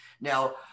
Now